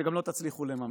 שגם לא תצליחו לממש.